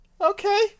okay